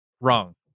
wrong